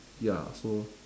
ya so